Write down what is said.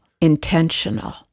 intentional